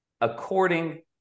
according